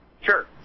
Sure